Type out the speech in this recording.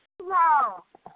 की भाओ